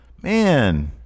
Man